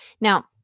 Now